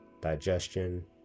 digestion